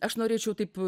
aš norėčiau taip